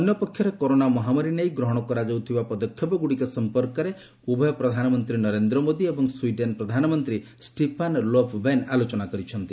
ଅନ୍ୟପକ୍ଷରେ କରୋନା ମହାମାରୀ ନେଇ ଗ୍ରହଣ କରାଯାଉଥିବା ପଦକ୍ଷେପଗୁଡ଼ିକ ସଂପର୍କରେ ଉଭୟ ପ୍ରଧାନମନ୍ତ୍ରୀ ନରେନ୍ଦ୍ର ମୋଦୀ ଏବଂ ସ୍ୱୀଡେନ୍ ପ୍ରଧାନମନ୍ତ୍ରୀ ଷ୍ଟିଫାନ୍ ଲୋଫଭେନ୍ ଆଲୋଚନା କରିଛନ୍ତି